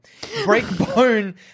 Breakbone